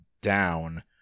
down